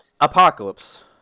apocalypse